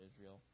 Israel